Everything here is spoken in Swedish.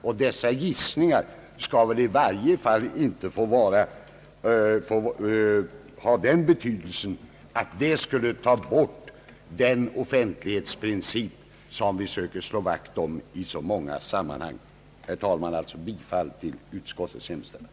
Sådana gissningar kan väl i varje fall inte ha den tyngden att de kan motväga den offentlighetsprincip som vi i så många sammanhang söker slå vakt om. Herr talman! Jag yrkar bifall till utskottets hemställan.